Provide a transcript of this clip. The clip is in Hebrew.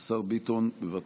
השר ביטון, בבקשה.